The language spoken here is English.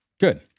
Good